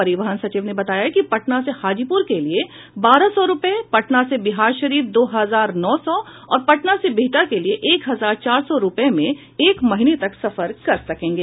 परिवहन सचिव ने बताया कि पटना से हाजीपुर के लिए बारह सौ रूपये पटना से बिहारशरीफ दो हजार नौ सौ और पटना से बिहटा के लिए एक हजार चार सौ रूपये में एक महीने तक सफर कर सकेंगे